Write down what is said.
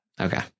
Okay